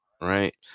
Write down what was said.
Right